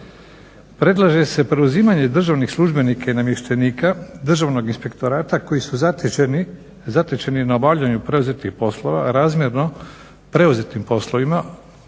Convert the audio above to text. Predlaže se preuzimanje državnih službenika i namještenika Državnog inspektorata koji su zatečeni na obavljanju preuzetih poslova razmjerno preuzetim poslovima